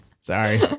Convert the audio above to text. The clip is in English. sorry